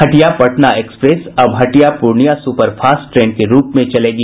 Hatia Patna express अब Hatia Purnia super fast train के रूप में चलेगी